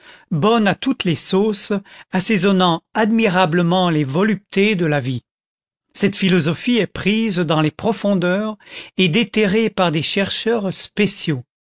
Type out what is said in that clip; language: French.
bonne à toutes les sauces assaisonnant admirablement les voluptés de la vie cette philosophie est prise dans les profondeurs et déterrée par des chercheurs spéciaux